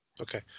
Okay